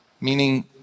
meaning